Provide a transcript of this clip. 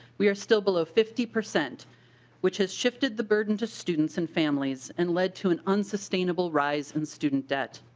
we are still below fifty percent which has shifted the burden to students and families and led to an unsustainable rise and student debt.